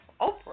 Oprah